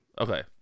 Okay